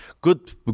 Good